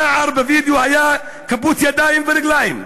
הנער בווידיאו היה כפות ידיים ורגליים,